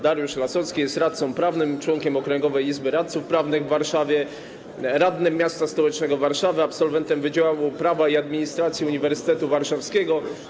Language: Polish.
Dariusz Lasocki jest radcą prawnym, członkiem Okręgowej Izby Radców Prawnych w Warszawie, radnym m.st. Warszawy, absolwentem Wydziału Prawa i Administracji Uniwersytetu Warszawskiego.